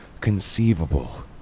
conceivable